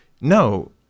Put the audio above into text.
no